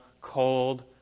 cold